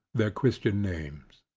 their christian names.